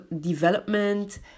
development